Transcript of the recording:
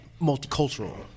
multicultural